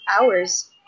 hours